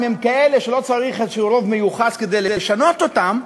הם כאלה שלא צריך איזה רוב מיוחס כדי לשנות אותם,